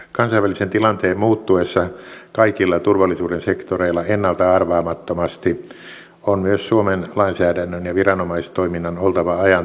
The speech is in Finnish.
kansainvälisen tilanteen muuttuessa kaikilla turvallisuuden sektoreilla ennalta arvaamattomasti on myös suomen lainsäädännön ja viranomaistoiminnan oltava ajantasaista